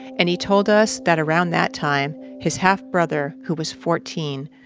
and he told us that around that time, his half-brother, who was fourteen,